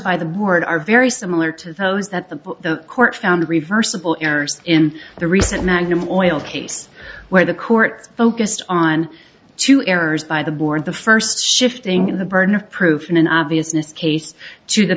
by the board are very similar to those that the court found reversible errors in the recent magnum on oil case where the court focused on two errors by the board the first shifting the burden of proof in an obviousness case